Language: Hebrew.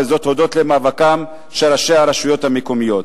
הודות למאבקם של ראשי הרשויות המקומיות.